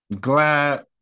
Glad